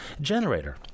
generator